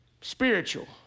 spiritual